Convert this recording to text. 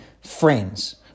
friends